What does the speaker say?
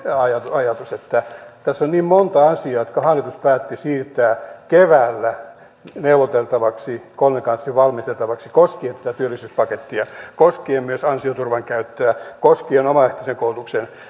ajatus että tässä on niin monta asiaa jotka hallitus päätti siirtää keväällä neuvoteltavaksi kolmikantaisesti valmisteltavaksi koskien tätä työllisyyspakettia koskien myös ansioturvan käyttöä koskien omaehtoisen koulutuksen